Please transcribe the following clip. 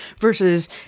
versus